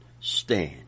stand